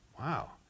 Wow